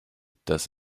das